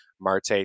Marte